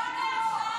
סייען טרור.